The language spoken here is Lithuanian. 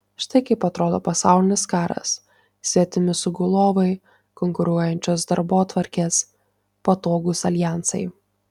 štai kaip atrodo pasaulinis karas svetimi sugulovai konkuruojančios darbotvarkės patogūs aljansai